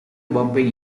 bombing